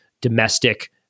domestic